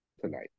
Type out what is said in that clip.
tonight